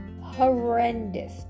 horrendous